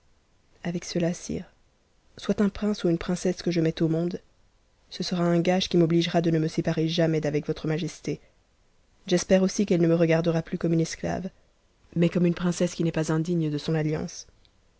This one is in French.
avec cela sire soit un prince ou une princesse que je mette au monde ce sera un gage qui m'obligera de nf me séparer jamais d'avec votre majesté j'espère aussi qu'elle ne me regardera plus comme une esclave mais comme une princesse qui n'psi pas indigne de son alliance